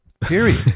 Period